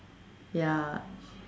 ya